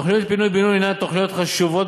תוכניות פינוי-בינוי הן תוכניות חשובות